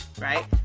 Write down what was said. right